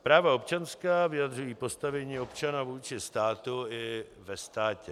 Práva občanská vyjadřují postavení občana vůči státu i ve státě.